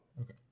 Okay